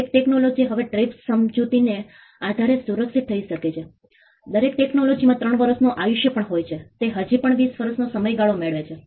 દરેક ટેકનોલોજી હવે ટ્રીપ્સ સમજૂતીને આધારે સુરક્ષિત થઈ શકે છે દરેક ટેકનોલોજીમાં 3 વર્ષનો આયુષ્ય પણ હોય છે તે હજી પણ 20 વર્ષનો સમયગાળો મેળવે છે